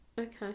okay